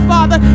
Father